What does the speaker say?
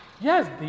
Yes